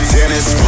Dennis